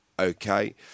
Okay